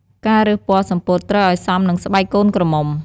ការរើសពណ៌សំពត់ត្រូវឲ្យសមនឹងស្បែកកូនក្រមុំ។